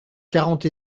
quarante